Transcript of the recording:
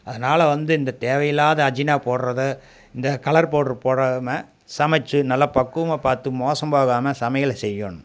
அதனால வந்து இந்த தேவை இல்லாத அஜினா போடுறதை இந்த கலர் பௌட்ர் போட்றாம்ம சமைச்சு நல்லா பக்குவமாக பார்த்து மோசம்போகாமல் சமையலை செய்யணும்